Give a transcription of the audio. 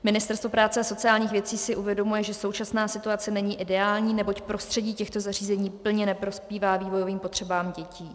Ministerstvo práce a sociálních věcí si uvědomuje, že současná situace není ideální, neboť prostředí těchto zařízení plně neprospívá vývojovým potřebám dětí.